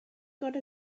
got